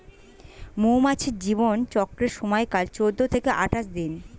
মৌমাছির জীবন চক্রের সময়কাল চৌদ্দ থেকে আঠাশ দিন